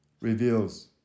reveals